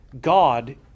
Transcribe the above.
God